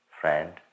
friend